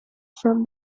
from